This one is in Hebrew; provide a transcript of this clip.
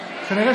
וחרפה.